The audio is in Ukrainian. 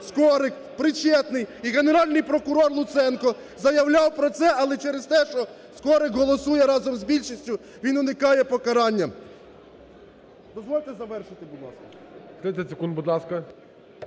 Скорик причетний, і Генеральний прокурор Луценко заявляв про це, але через те, що Скорик голосує разом із більшістю, він уникає покарання. Дозвольте завершити, будь ласка. ГОЛОВУЮЧИЙ. Тридцять секунд, будь ласка.